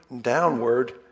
downward